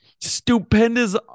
stupendous